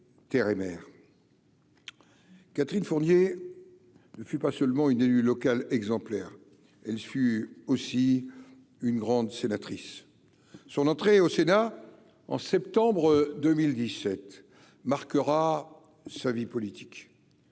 Catherine Fournier ne fut pas seulement une élue locale exemplaire, elle fut aussi une grande sénatrice son entrée au Sénat en septembre 2017 marquera sa vie politique